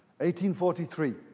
1843